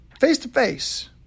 face-to-face